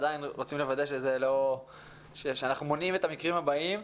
אבל עדיין אנחנו רוצים לוודא שאנחנו מונעים את המקרים הבאים.